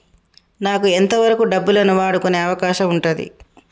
నాకు ఎంత వరకు డబ్బులను వాడుకునే అవకాశం ఉంటది?